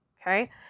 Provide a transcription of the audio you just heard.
Okay